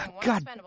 God